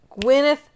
gwyneth